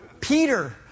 Peter